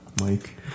Mike